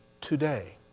today